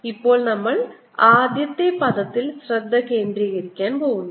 ഇപ്പോൾ നമ്മൾ ആദ്യത്തെ പദത്തിൽ ശ്രദ്ധ കേന്ദ്രീകരിക്കാൻ ആഗ്രഹിക്കുന്നു